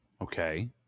Okay